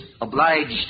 obliged